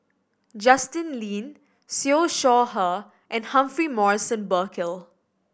Justin Lean Siew Shaw Her and Humphrey Morrison Burkill